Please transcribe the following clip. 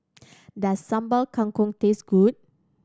does Sambal Kangkong taste good